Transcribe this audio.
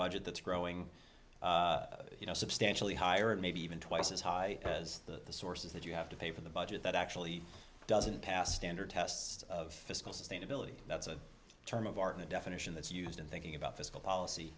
budget that's growing you know substantially higher and maybe even twice as high as the sources that you have to pay for the budget that actually doesn't pass standard tests of fiscal sustainability that's a term of art in a definition that's used in thinking about fiscal policy